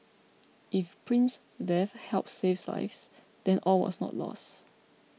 if Prince's death helps save lives then all was not lost